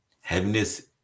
Heaviness